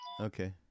Okay